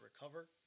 recover